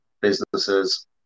businesses